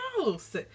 House